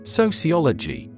sociology